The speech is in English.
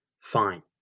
Fine